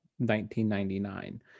1999